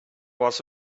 was